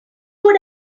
would